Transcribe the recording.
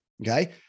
Okay